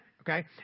okay